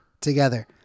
together